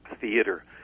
theater